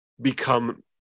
become